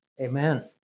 Amen